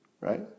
Right